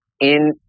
in-